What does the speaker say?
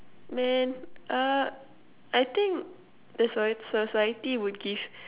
man uh I think that's why society would give